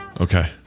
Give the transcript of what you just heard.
Okay